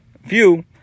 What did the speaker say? view